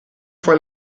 fue